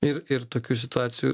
ir ir tokių situacijų